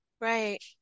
Right